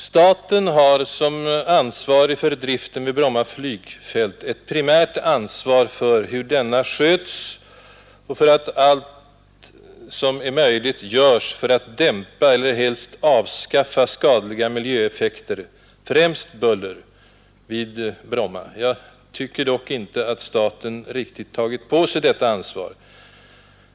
Staten har som ansvarig för driften vid Bromma flygfält ett primärt ansvar för hur denna sköts och för att allt som är möjligt görs för att dämpa och helst avskaffa skadliga miljöeffekter, främst buller, vid Bromma. Jag tycker dock inte att staten riktigt tagit på sig detta ansvar.